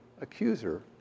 accuser